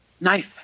Knife